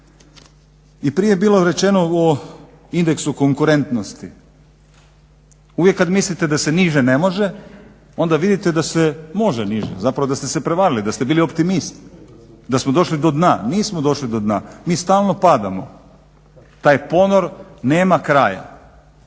I prije je bilo rečeno o indeksu konkurentnosti. Uvijek kad mislite da se niže ne može, onda vidite da se može niže, zapravo da ste se prevarili, da ste bili optimist, da smo došli do dna. Nismo došli do dna, mi stalno padamo. Taj ponor nema kraja.